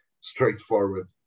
straightforward